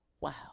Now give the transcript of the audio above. wow